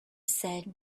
said